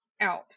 out